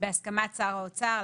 בהסכמת שר האוצר,